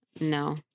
No